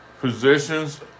positions